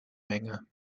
menge